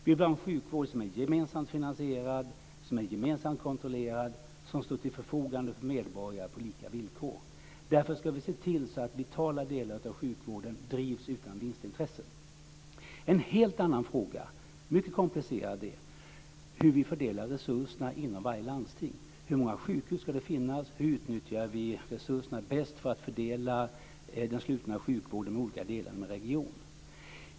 Vi vill ha en sjukvård som är gemensamt finansierad, som är gemensamt kontrollerad och som står till förfogande för medborgarna på lika villkor. Därför ska vi se till att vitala delar av sjukvården drivs utan vinstintresse. En helt annan, mycket komplicerad, fråga är hur vi fördelar resurserna inom varje landsting. Hur många sjukhus ska det finnas? Hur utnyttjar vi resurserna bäst för att fördela den slutna sjukvården i olika delar av en region?